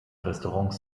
restaurants